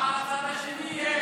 גם לצד השני יש.